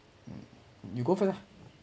you go first lah